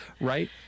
right